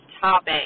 topic